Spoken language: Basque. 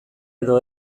edo